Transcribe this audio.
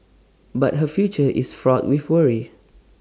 but her future is fraught with worry